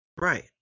Right